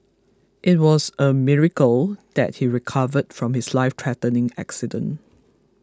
it was a miracle that he recovered from his lifethreatening accident